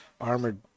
armored